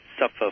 suffer